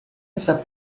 essa